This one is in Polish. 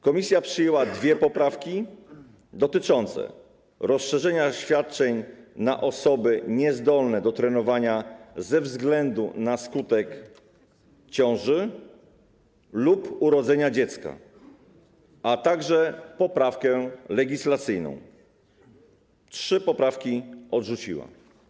Komisja przyjęła dwie poprawki dotyczące rozszerzenia świadczeń na osoby niezdolne do trenowania na skutek ciąży lub urodzenia dziecka, a także poprawkę legislacyjną, a trzy poprawki odrzuciła.